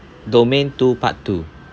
domain two part two